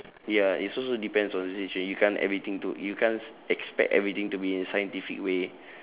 ya is also depends on the situation you can't everything to you can't s~ expect everything to be in scientific way